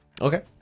okay